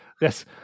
yes